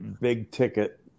big-ticket